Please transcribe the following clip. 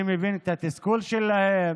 אני מבין את התסכול שלהם,